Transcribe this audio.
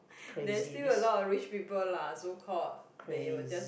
there's still a lot of rich people lah so called they will just